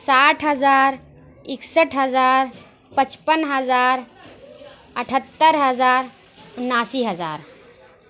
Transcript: ساٹھ ہزار اِکسٹھ ہزار پچپن ہزار اٹھہتر ہزار اُناسی ہزار